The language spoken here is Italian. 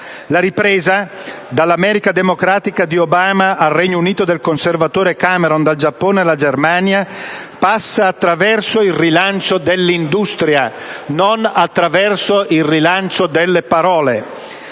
La ripresa, dall'America democratica di Obama al Regno Unito del conservatore Cameron, dal Giappone alla Germania, passa attraverso il rilancio dell'industria, non attraverso il rilancio delle parole.